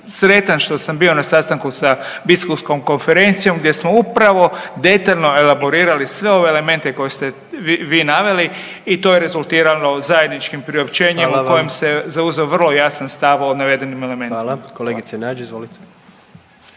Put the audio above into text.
sretan što sam bio na sastanku sa Biskupskom konferencijom gdje smo upravo detaljno elaborirali sve ove elemente koje ste vi naveli i to je rezultirano zajedničkim priopćenjem …/Upadica predsjednik: Hvala vam./… u kojem se zauzeo vrlo jasan stav o navedenim elementima. **Jandroković, Gordan